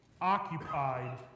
occupied